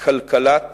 כלכלת